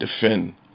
defend